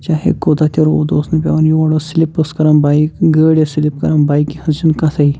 چاہے کوٗتاہ تہِ روٗد اوس نہٕ پیٚوان یور ٲسۍ سِلِپ ٲسۍ کران بایک گٲڑ ٲسۍ سِلپ کران بایکہِ ہِنٛز چھنہٕ کَتھٕے